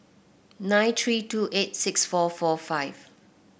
nine three two eight six four four five